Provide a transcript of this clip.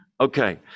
Okay